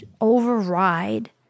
override